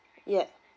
yeah